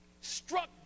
struck